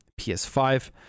PS5